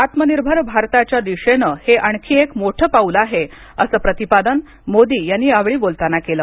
आत्मनिर्भर भारताच्या दिशेने हे आणखी एक मोठं पाऊल आहे असं प्रतिपादन मोदी यांनी यावेळी बोलताना केलं